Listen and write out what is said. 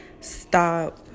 stop